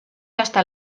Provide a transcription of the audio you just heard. hasta